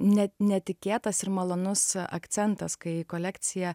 ne netikėtas ir malonus akcentas kai į kolekciją